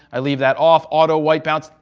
i leave that off. auto white balance,